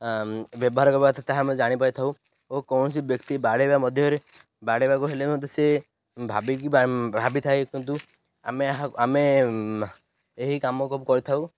ବ୍ୟବହାର କରିବା ଯଥା ତାହା ଆମେ ଜାଣିପାରିଥାଉ ଓ କୌଣସି ବ୍ୟକ୍ତି ବାଡ଼େଇବା ମଧ୍ୟରେ ବାଡ଼େଇବାକୁ ହେଲେ ମଧ୍ୟ ସେ ଭାବିକି ଭାବିଥାଏ କିନ୍ତୁ ଆମେ ଏହା ଆମେ ଏହି କାମକୁ କରିଥାଉ